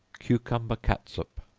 cucumber catsup.